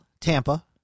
Tampa